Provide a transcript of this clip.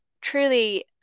Truly